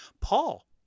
Paul